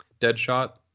deadshot